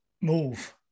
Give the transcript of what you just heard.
move